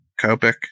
Copic